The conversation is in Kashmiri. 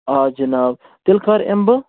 آ جِناب تیٚلہِ کَر یِمہٕ بہٕ